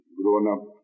grown-up